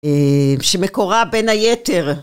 שמקורה בין היתר.